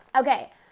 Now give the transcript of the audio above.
Okay